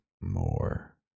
more